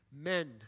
Men